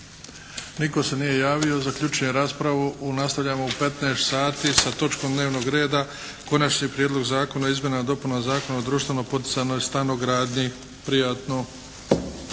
Nitko se nije javio. Zaključujem raspravu. Nastavljamo u 15,00 sati sa točkom dnevnog reda Konačni prijedlog Zakona o izmjenama i dopunama Zakona o društveno poticajnoj stanogradnji. Prijatno.